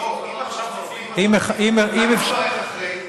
אם עכשיו מצביעים, אולי תברך אחרי?